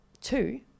two